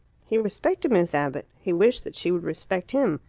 he respected miss abbott. he wished that she would respect him.